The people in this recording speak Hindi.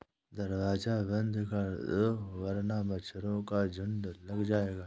दरवाज़ा बंद कर दो वरना मच्छरों का झुंड लग जाएगा